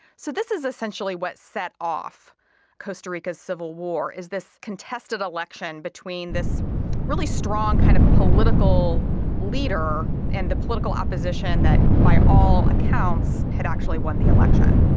so this is essentially what set off costa rica's civil war, is this contested election between this really strong kind of political leader and the political opposition that by all accounts had actually won the election.